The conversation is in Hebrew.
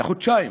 לחודשיים.